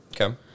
Okay